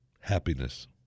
Happiness